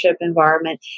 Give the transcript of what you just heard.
environment